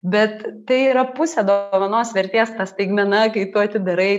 bet tai yra pusė dovanos vertės ta staigmena kai tu atidarai